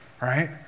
right